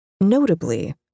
Notably